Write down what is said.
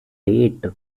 date